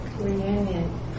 reunion